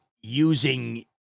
using